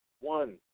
one